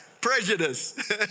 prejudice